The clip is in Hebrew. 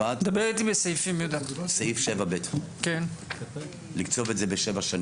מציע בסעיף 7(ב) לקצוב את זה בשבע שנים.